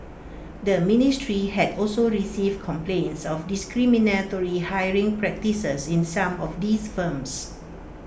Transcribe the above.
the ministry had also received complaints of discriminatory hiring practices in some of these firms